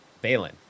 Balin